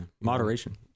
Moderation